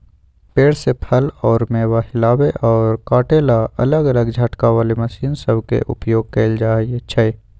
पेड़ से फल अउर मेवा हिलावे अउर काटे ला अलग अलग झटका वाली मशीन सब के उपयोग कईल जाई छई